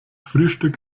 frühstück